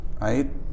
right